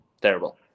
terrible